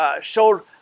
showed